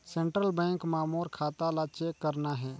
Central bank मां मोर खाता ला चेक करना हे?